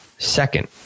Second